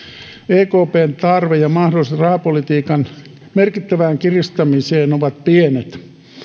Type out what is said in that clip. ekpn tarve ja mahdollisuudet rahapolitiikan merkittävään kiristämiseen ovat pienet